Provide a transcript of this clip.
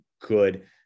good